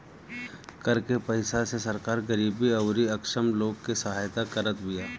कर के पईसा से सरकार गरीबी अउरी अक्षम लोग के सहायता करत बिया